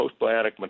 postbiotic